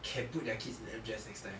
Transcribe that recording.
can put their kids into M_G_S next time